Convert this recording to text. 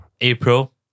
April